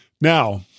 Now